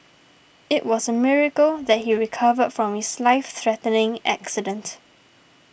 it was a miracle that he recovered from his life threatening accident